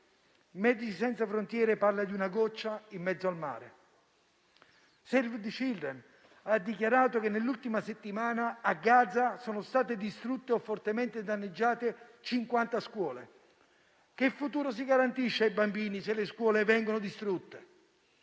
Medici senza frontiere parla di una goccia in mezzo al mare; Save the children ha dichiarato che nell'ultima settimana a Gaza sono state distrutte o fortemente danneggiate 50 scuole. Che futuro si garantisce ai bambini se le scuole vengono distrutte?